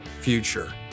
future